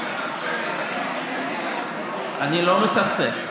אתה לא ישן ברוגע --- אני לא מסכסך,